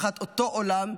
באותו עולם,